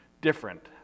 different